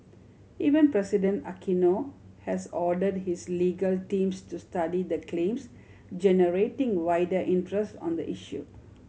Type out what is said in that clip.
Even President Aquino has ordered his legal teams to study the claims generating wider interest on the issue